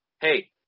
hey